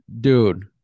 Dude